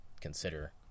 consider